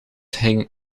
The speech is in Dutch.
ging